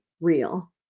real